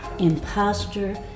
imposter